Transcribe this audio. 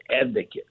advocate